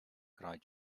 cried